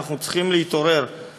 אנחנו צריכים להתעורר,